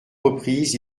reprises